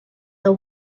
the